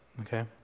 okay